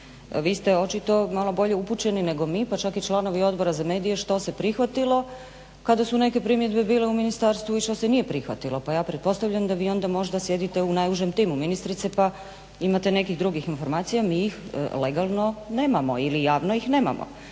Vi ste očito malo bolje upućeni nego mi, pa čak i članovi Odbora za medije što se prihvatilo kada su neke primjedbe bile u ministarstvu i što se nije prihvatilo. Pa ja pretpostavljam da vi onda možda sjedite u najužem timu ministrice pa imate nekih drugih informacija. Mi ih legalno nemamo ili javno ih nemamo.